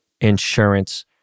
insurance